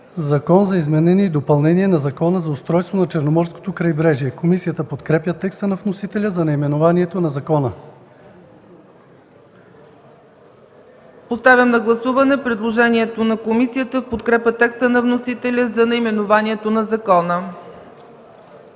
„Закон за изменение и допълнение на Закона за устройството на Черноморското крайбрежие”. Комисията подкрепя текста на вносителя за наименованието на закона. ПРЕДСЕДАТЕЛ ЦЕЦКА ЦАЧЕВА: Поставям на гласуване предложението на комисията в подкрепа текста на вносителя за наименованието на закона.